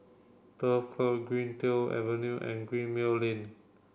Turf Club Greendale Avenue and Gemmill Lane